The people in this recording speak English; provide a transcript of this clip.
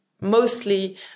mostly